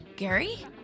Gary